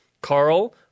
Carl